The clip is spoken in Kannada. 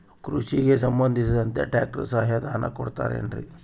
ಕೃಷಿಗೆ ಸಂಬಂಧಿಸಿದಂತೆ ಟ್ರ್ಯಾಕ್ಟರ್ ಸಹಾಯಧನ ಕೊಡುತ್ತಾರೆ ಏನ್ರಿ?